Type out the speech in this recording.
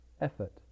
effort